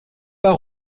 pas